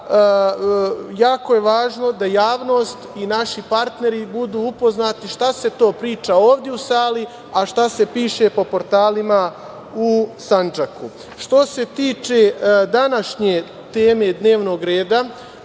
je jako je važno da javnost i naši partneri budu upoznati šta se to priča ovde u sali, a šta se piše po portalima u Sandžaku. Što se tiče današnje teme dnevnog reda,